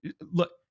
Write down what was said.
Look